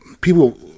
people